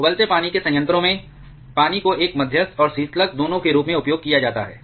उबलते पानी के संयंत्रों में पानी को एक मध्यस्थ और शीतलक दोनों के रूप में उपयोग किया जाता है